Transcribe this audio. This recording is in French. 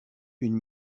une